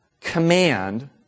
command